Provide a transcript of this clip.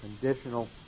conditional